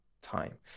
time